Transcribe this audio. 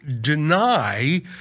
deny